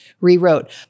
rewrote